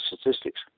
statistics